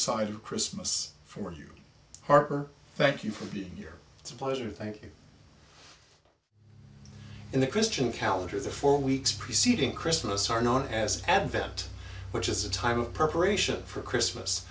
cited christmas for you harper thank you for being here it's a pleasure thank you in the christian calendar the four weeks preceding christmas are known as advent which is a time of perforation for christmas